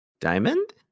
Diamond